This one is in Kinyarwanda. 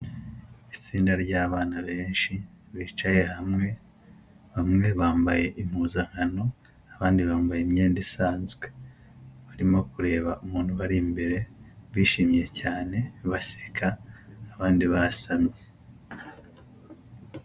Itsinda ry'abana benshi bicaye hamwe bamwe bambaye impuzankano abandi bambaye imyenda isanzwe, barimo kureba umuntu ubari imbere bishimye cyane baseka abandi basamye.